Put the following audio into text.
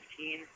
15